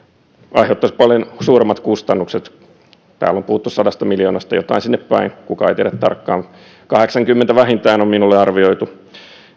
aiheuttaisi paljon suuremmat kustannukset täällä on puhuttu sadasta miljoonasta jotain sinne päin kukaan ei tiedä tarkkaan kahdeksankymmentä miljoonaa vähintään niin on minulle arvioitu